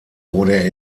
wurde